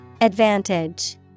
Advantage